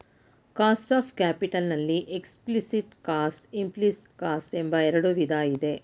cost of capital ನಲ್ಲಿ explicit cost, implicit cost ಎಂಬ ಎರಡು ವಿಧ ಇದೆ